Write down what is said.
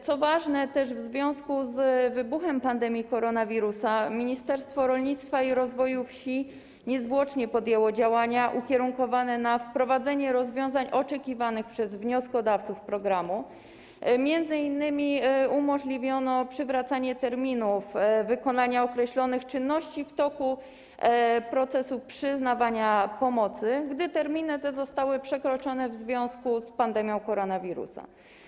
Co ważne, w związku z wybuchem pandemii koronawirusa Ministerstwo Rolnictwa i Rozwoju Wsi niezwłocznie podjęło działania ukierunkowane na wprowadzenie rozwiązań oczekiwanych przez wnioskodawców programu, m.in. umożliwiono przywracanie terminów wykonania określonych czynności w toku procesu przyznawania pomocy, gdy terminy te zostały przekroczone w związku z pandemią koronawirusa.